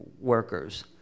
workers